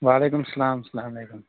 وعلیکُم السلام السلام علیکُم